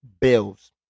Bills